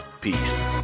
Peace